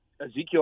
Ezekiel